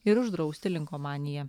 ir uždrausti linkomaniją